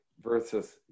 versus